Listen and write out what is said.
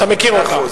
אוקיי, אתה מכיר אותה.